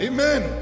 Amen